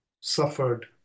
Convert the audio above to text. suffered